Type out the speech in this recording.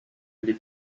les